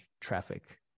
traffic